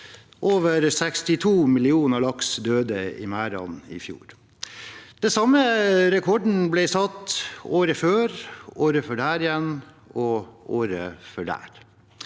Over 62 millioner laks døde i merdene i fjor. En tilsvarende rekord ble satt året før, året før der igjen og året før der.